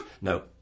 no